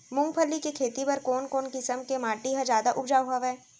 मूंगफली के खेती बर कोन कोन किसम के माटी ह जादा उपजाऊ हवये?